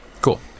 Cool